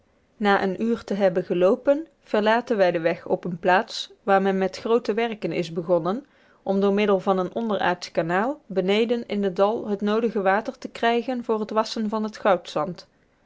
na een uur te hebben geloopen verlaten wij den weg op eene plaats waar men met groote werken is begonnen om door middel van een onderaardsch kanaal beneden in het dal het noodige water te krijgen voor het wasschen van het